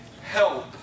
help